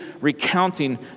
recounting